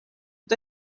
und